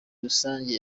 rusange